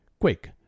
Quick